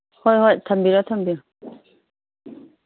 ꯍꯣꯏ ꯍꯣꯏ ꯊꯝꯕꯤꯔꯣ ꯊꯝꯕꯤꯔꯣ